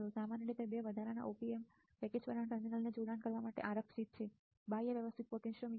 સામાન્ય રીતે બે વધારાના op amp પેકેજ પરના ટર્મિનલ્સ જોડાણ કરવા માટે આરક્ષિત છે બાહ્ય વ્યવસ્થિત પોટેન્શિઓમીટર